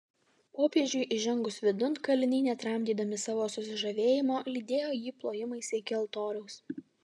popiežiui įžengus vidun kaliniai netramdydami savo susižavėjimo lydėjo jį plojimais iki altoriaus